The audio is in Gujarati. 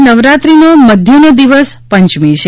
આજે નવરાત્રિનો મધ્યનો દિવસ પંચમી છે